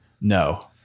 No